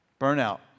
Burnout